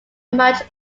much